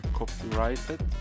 copyrighted